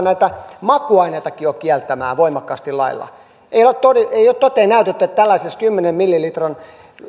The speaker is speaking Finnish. näitä makuaineitakin jo kieltämään voimakkaasti laeilla ei ole toteen näytetty että tällaisessa kymmenen millilitran